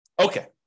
Okay